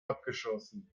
abgeschossen